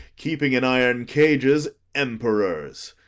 keeping in iron cages emperors.